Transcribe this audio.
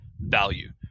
value